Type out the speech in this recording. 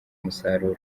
umusaruro